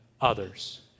others